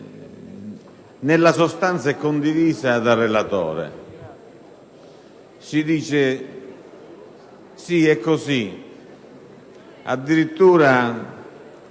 Grazie